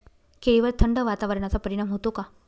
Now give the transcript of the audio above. केळीवर थंड वातावरणाचा परिणाम होतो का?